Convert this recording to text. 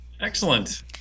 Excellent